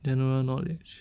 general knowledge